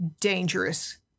dangerous